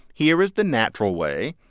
here is the natural way,